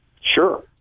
Sure